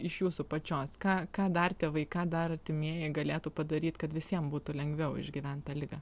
iš jūsų pačios ką ką dar tėvai ką dar artimieji galėtų padaryt kad visiem būtų lengviau išgyvent tą ligą